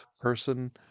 person